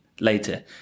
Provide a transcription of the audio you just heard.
later